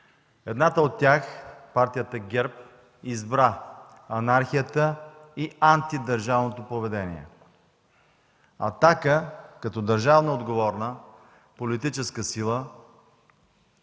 Едната от тях – партията ГЕРБ, избра анархията и антидържавното поведение. „Атака“ като държавно отговорна политическа сила